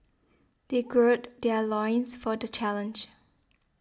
they gird their loins for the challenge